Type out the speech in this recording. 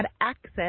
access